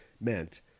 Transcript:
meant